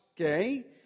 okay